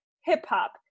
hip-hop